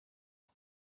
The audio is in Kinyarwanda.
bwo